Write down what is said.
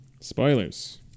Spoilers